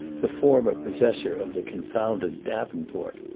the former possessor of the confounded davenport.